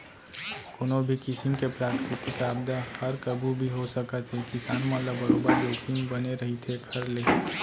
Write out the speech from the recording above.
कोनो भी किसिम के प्राकृतिक आपदा हर कभू भी हो सकत हे किसान मन ल बरोबर जोखिम बने रहिथे एखर ले